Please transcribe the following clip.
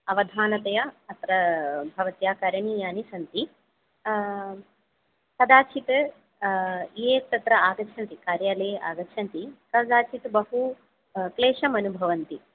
अवधानतया अत्र भवत्या करणीयानि सन्ति कदाचित् ये तत्र आगच्छन्ति कार्यालये आगच्छन्ति कदाचित् बहुक्लेशम् अनुभवन्ति